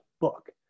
book